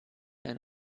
ein